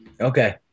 Okay